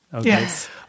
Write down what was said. Yes